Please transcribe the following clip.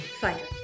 fighter